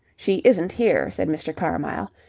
she isn't here, said mr. carmyle,